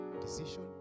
decision